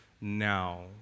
now